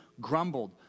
grumbled